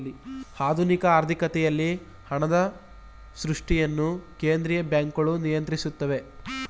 ಆಧುನಿಕ ಆರ್ಥಿಕತೆಗಳಲ್ಲಿ ಹಣದ ಸೃಷ್ಟಿಯನ್ನು ಕೇಂದ್ರೀಯ ಬ್ಯಾಂಕ್ಗಳು ನಿಯಂತ್ರಿಸುತ್ತೆ